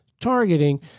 targeting